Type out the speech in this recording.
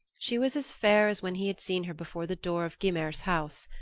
she was as fair as when he had seen her before the door of gymer's house.